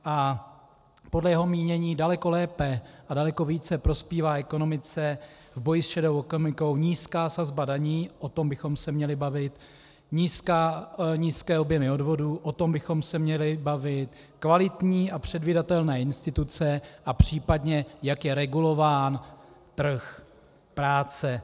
A podle jeho mínění daleko lépe a daleko více prospívá ekonomice v boji s šedou ekonomikou nízká sazba daní, o tom bychom se měli bavit, nízké objemy odvodů, o tom bychom se měli bavit, kvalitní a předvídatelné instituce a případně, jak je regulován trh práce.